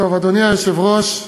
אדוני היושב-ראש,